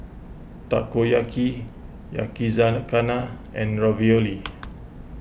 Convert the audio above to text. Takoyaki Yakizakana and Ravioli